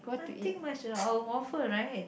nothing much at all waffle right